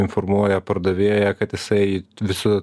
informuoja pardavėją kad jisai visu